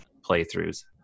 playthroughs